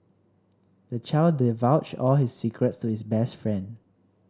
the child divulged all his secrets to his best friend